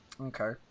Okay